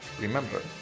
Remember